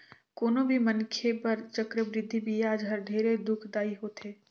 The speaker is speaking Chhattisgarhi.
कोनो भी मनखे बर चक्रबृद्धि बियाज हर ढेरे दुखदाई होथे